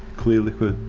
clear liquid.